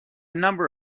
number